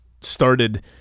started